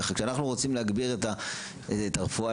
כשאנחנו רוצים להגביר את הרפואה,